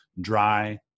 dry